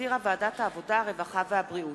שהחזירה ועדת העבודה, הרווחה והבריאות.